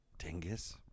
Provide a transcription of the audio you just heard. dingus